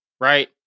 Right